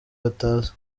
batazi